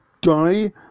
die